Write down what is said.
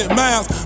miles